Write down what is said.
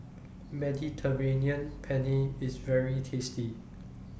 Mediterranean Penne IS very tasty